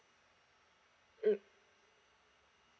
mm